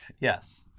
Yes